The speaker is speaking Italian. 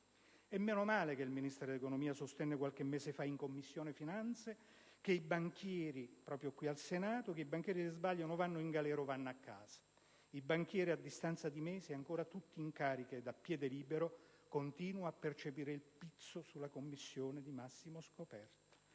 Meno male che il Ministro dell'economia sostenne qualche mese fa, in Commissione finanze, proprio qui al Senato, che «I banchieri che sbagliano o vanno in galera o vanno a casa». I banchieri, a distanza di mesi, ancora tutti in carica ed a piede libero, continueranno a percepire il "pizzo" sulla commissione di massimo scoperto.